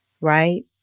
right